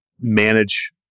manage